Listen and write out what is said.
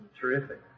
Terrific